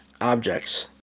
objects